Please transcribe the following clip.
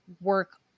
work